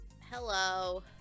Hello